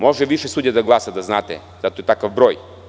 Može više sudija da glasa da znate, zato je takav broj.